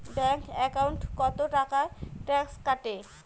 Bank একাউন্টত কতো টাকা ট্যাক্স কাটে?